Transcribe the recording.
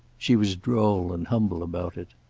she was droll and humble about it.